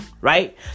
right